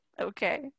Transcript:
okay